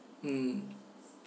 mm